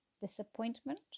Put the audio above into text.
disappointment